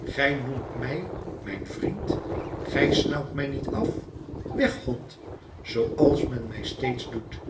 gij noemt mij mijn vriend gij snauwt mij niet af weg hond zooals men mij steeds doet